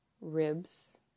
ribs